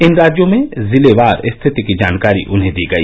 इन राज्यों में जिलेवार स्थिति की जानकारी उन्हें दी गई